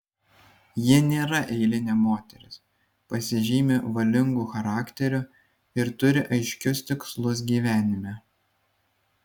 ji nėra eilinė moteris pasižymi valingu charakteriu ir turi aiškius tikslus gyvenime